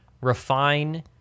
refine